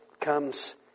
comes